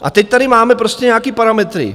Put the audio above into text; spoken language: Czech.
A teď tady máme prostě nějaký parametry.